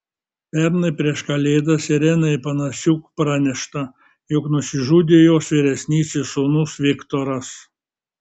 pernai prieš kalėdas irenai panasiuk pranešta jog nusižudė jos vyresnysis sūnus viktoras